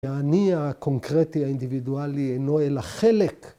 ‫האני הקונקרטי האינדיבידואלי ‫אינו אלא חלק